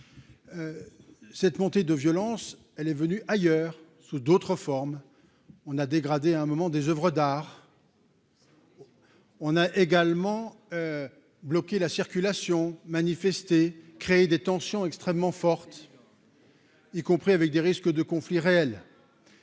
cette montée de violence, elle est venue ailleurs sous d'autres formes, on a dégradé, à un moment des Oeuvres d'art. On a également bloqué la circulation, manifester, créer des tensions extrêmement fortes. Y compris avec des risques de conflit réel.